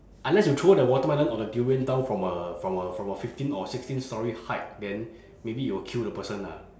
unless you throw the watermelon or the durian down from a from a from a fifteen or sixteen storey height then maybe you will kill the person lah